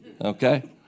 okay